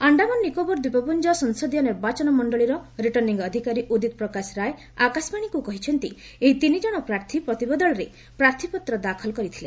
ଆଶ୍ଡାମାନ ନିକୋବର ଦ୍ୱୀପପୁଞ୍ଜ ସଂସଦୀୟ ନିର୍ବାଚନ ମଣ୍ଡଳୀର ରିଟର୍ଣ୍ଣିଂ ଅଧିକାରୀ ଉଦିତ୍ ପ୍ରକାଶ ରାୟ ଆକାଶବାଣୀକୁ କହିଛନ୍ତି ଏହି ତିନି ଜଣ ପ୍ରାର୍ଥୀ ପ୍ରତିବଦଳରେ ପ୍ରାର୍ଥୀପତ୍ର ଦାଖଲ କରିଥିଲେ